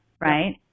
right